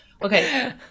Okay